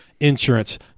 insurance